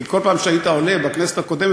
כי כל פעם שהיית עולה בכנסת הקודמת,